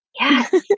Yes